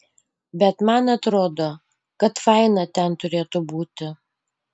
bet man atrodo kad faina ten turėtų būti